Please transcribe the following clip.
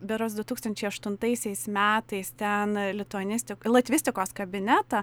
berods du tūkstančiai aštuntaisiais metais ten lituanistik latvistikos kabinetą